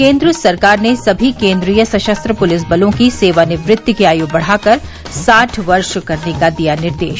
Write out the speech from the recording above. केन्द्र सरकार ने सभी केन्द्रीय सशस्त्र पुलिस बलों की सेवानिवृत्ति की आयु बढ़ाकर साठ वर्ष करने का दिया निर्देश